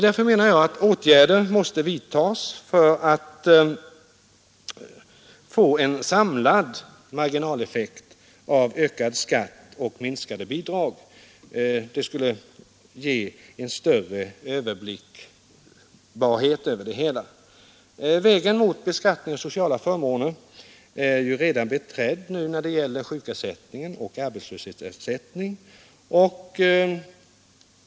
Därför anser jag att man borde vidta åtgärder för att åstadkomma samlad marginaleffekt av ökad skatt och minskade bidrag; det skulle göra det lättare att få en överblick. Vägen mot beskattning av sociala förmåner är redan beträdd när det gäller sjukersättningen och arbetslöshetsersättningen.